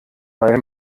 weil